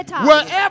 Wherever